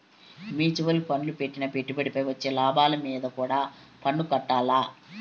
mutual ఫండ్ల పెట్టిన పెట్టుబడిపై వచ్చే లాభాలు మీంద కూడా పన్నుకట్టాల్ల